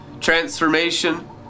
transformation